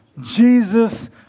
Jesus